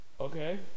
okay